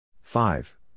Five